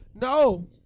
no